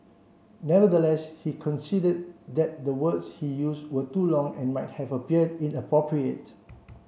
nevertheless he conceded that the words he use were too long and might have appeared inappropriate